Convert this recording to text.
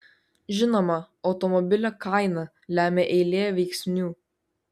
žinoma automobilio kainą lemia eilė veiksnių